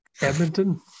edmonton